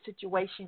situation